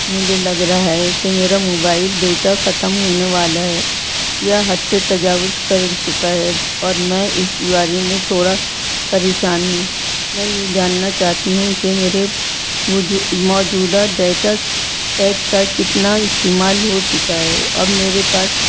مجھے لگ رہا ہے کہ میرا موبائل ڈیٹا ختم ہونے والا ہے یا حد سے تجاوز کر چکا ہے اور میں اس بارے میں تھوڑا پریشان ہوں میں یہ جاننا چاہتی ہوں کہ میرے موجودہ ڈیٹا پیک کا کتنا استعمال ہو چکا ہے اب میرے پاس